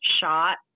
shot